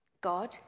God